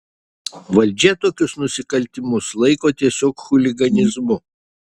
valdžia tokius nusikaltimus laiko tiesiog chuliganizmu